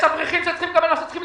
יש אברכים שצריכים לקבל כסף,